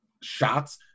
shots